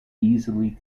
easily